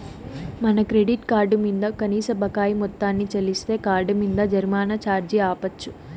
మన credit card మింద కనీస బకాయి మొత్తాన్ని చెల్లిస్తే కార్డ్ మింద జరిమానా ఛార్జీ ఆపచ్చు